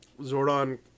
Zordon